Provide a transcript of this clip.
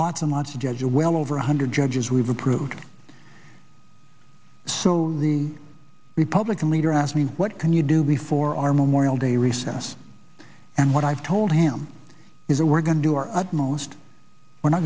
lots and lots of jeju well over one hundred judges we've approved so the republican leader asked me what can you do before our memorial day recess and what i've told him is that we're going to do our utmost when i